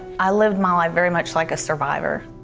i lived my life very much like a survivor.